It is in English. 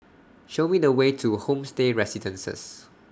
Show Me The Way to Homestay Residences